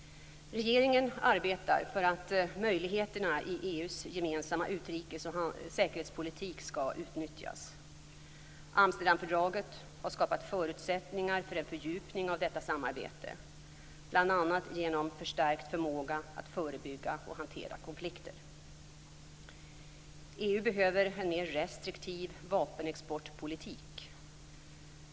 Regeringen arbetar för att möjligheterna i EU:s gemensamma utrikes och säkerhetspolitik skall utnyttjas. Amsterdamfördraget har skapat förutsättningar för en fördjupning av detta samarbete, bl.a. genom förstärkt förmåga att förebygga och hantera konflikter. EU behöver en mer restriktiv vapenexportpolitik.